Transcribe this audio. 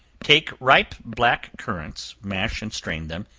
take ripe black currants, mash and strain them,